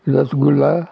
rasgulla